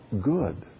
good